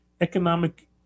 economic